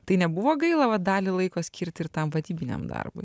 tai nebuvo gaila va dalį laiko skirti ir tam vadybiniam darbui